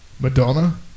Madonna